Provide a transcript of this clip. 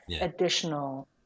additional